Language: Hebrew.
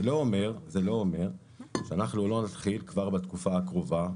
זה לא אומר שאנחנו לא נתחיל כבר בתקופה הקרובה,